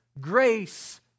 grace